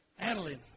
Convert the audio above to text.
Adeline